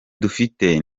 dufite